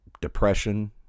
Depression